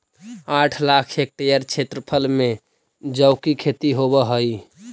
आठ लाख हेक्टेयर क्षेत्रफल में जौ की खेती होव हई